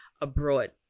abroad